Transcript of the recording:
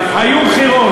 שלום.